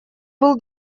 был